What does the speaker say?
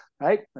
right